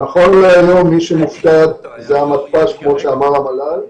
נכון להיום מי שמופקד הוא המתפ"ש, כמו שאמר המל"ל,